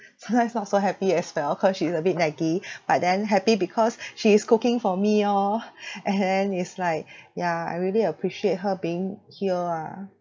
sometimes not so happy as well cause she's a bit naggy but then happy because she is cooking for me orh and then it's like ya I really appreciate her being here ah